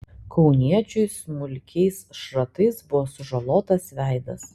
kauniečiui smulkiais šratais buvo sužalotas veidas